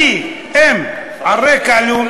אני אם על רקע לאומני,